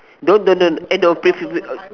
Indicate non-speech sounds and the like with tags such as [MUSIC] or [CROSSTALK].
don't don't don't eh no please please please [NOISE]